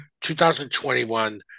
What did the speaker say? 2021